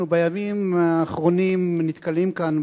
אנחנו בימים האחרונים נתקלים כאן,